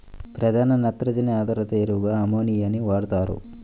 ప్రధాన నత్రజని ఆధారిత ఎరువుగా అమ్మోనియాని వాడుతారు